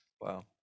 wow